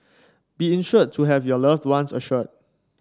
be insured to have your loved ones assured